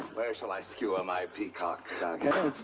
where shall i skewer my peacock again?